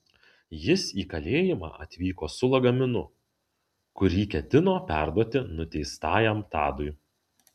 jis į kalėjimą atvyko su lagaminu kuri ketino perduoti nuteistajam tadui